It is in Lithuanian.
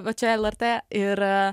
va čia lrt ir